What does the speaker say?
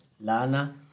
Lana